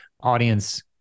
audience